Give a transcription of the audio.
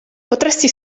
potresti